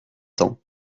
tant